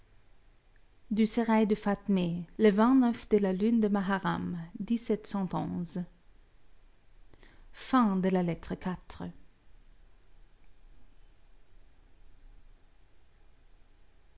du sérail de fatmé le vent a de la lune de maharram